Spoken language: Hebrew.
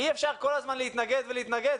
אי אפשר כל הזמן להתנגד ולהתנגד,